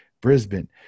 Brisbane